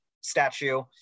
statue